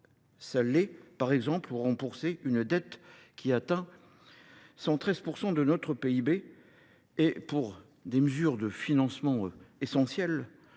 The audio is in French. ça l'est, par exemple, pour rembourser une dette qui atteint 113% de notre PIB et pour des mesures de financement essentielles,